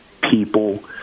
people